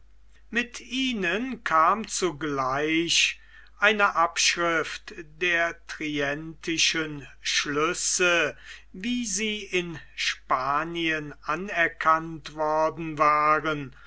mit ihnen kam zugleich eine abschrift der trientischen schlüsse wie sie in spanien anerkannt worden waren